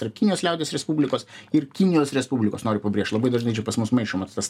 tarp kinijos liaudies respublikos ir kinijos respublikos noriu pabrėžt labai dažnai čia pas mus maišomas tas